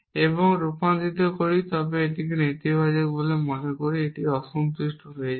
এবং রূপান্তরিত করি তবে এটিকে নেতিবাচক বলে মনে হয় এটি অসন্তুষ্ট হয়ে যায়